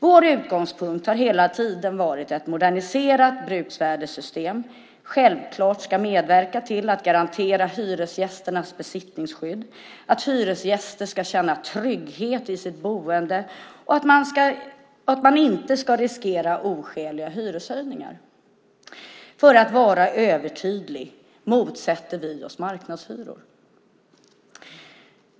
Vår utgångspunkt har hela tiden varit att ett moderniserat bruksvärdessystem självklart ska medverka till att garantera hyresgästers besittningsskydd, att hyresgäster ska känna trygghet i sitt boende och att de inte ska riskera oskäliga hyreshöjningar. För att vara övertydlig: Vi motsätter oss marknadshyror.